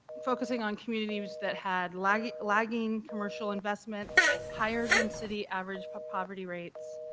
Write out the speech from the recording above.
focusing on communities that had lagging lagging commercial investment higher than city average but poverty rates,